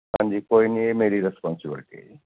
ਹਾਂਜੀ ਕੋਈ ਨਹੀਂ ਇਹ ਮੇਰੀ ਰਿਸਪੋਂਸੀਵਿਲਿਟੀ ਜੀ